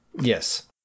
Yes